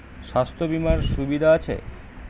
স্বাস্থ্য বিমার সুবিধা আছে?